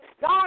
God